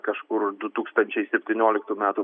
kažkur du tūkstančiai septynioliktų metų